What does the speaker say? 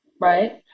right